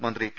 മന്ത്രി കെ